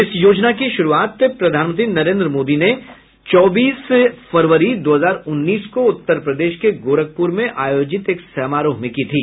इस योजना की शुरुआत प्रधानमंत्री नरेन्द्र मोदी ने चौबीस फरवरी दो हजार उन्नीस को उत्तर प्रदेश के गोरखपुर में आयोजित एक समारोह में की थी